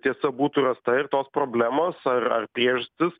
tiesa būtų rasta ir tos problemos ar ar priežastys